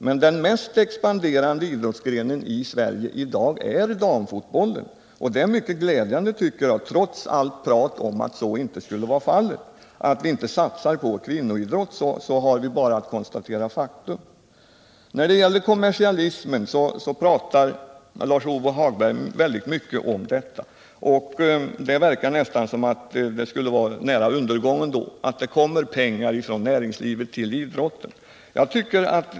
Men den mest expanderande idrottsgrenen i Sverige i dag är alltså damfotbollen, och det är mycket glädjande — trots allt prat om att vi inte satsar på kvinnlig idrott. Vi har bara att konstatera faktum. Lars-Ove Hagberg talar mycket om kommersialismen. Det verkar nästan som om det skulle vara undergången att det kommer pengar från näringslivet tillidrotten.